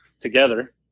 together